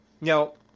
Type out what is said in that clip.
Now